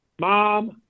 Mom